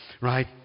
right